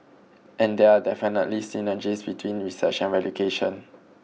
and there are definitely synergies between research and education